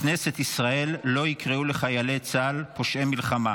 בכנסת ישראל לא יקראו לחיילי צה"ל "פושעי מלחמה".